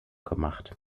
gemacht